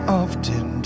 often